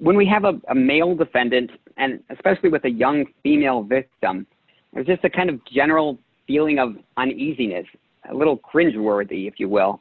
when we have a male defendant and especially with a young female this is just the kind of general feeling of uneasiness a little cringeworthy if you will